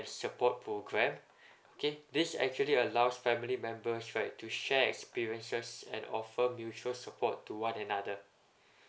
support program okay this actually allows family members right to share experiences and offer mutual support to one another